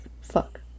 Fuck